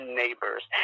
neighbors